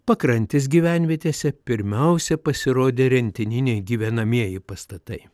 pakrantės gyvenvietėse pirmiausia pasirodė rentininiai gyvenamieji pastatai